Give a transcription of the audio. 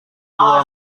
dua